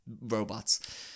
robots